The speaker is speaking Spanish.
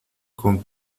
con